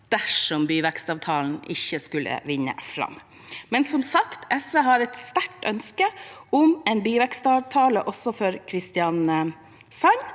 om byvekstavtalen ikke skulle vinne fram. Men som sagt: SV har et sterkt ønske om en byvekstavtale også for Kristiansand,